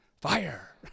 fire